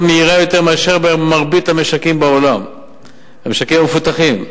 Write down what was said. מהירה יותר מאשר במרבית המשקים המפותחים בעולם.